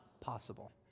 possible